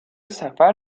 سفر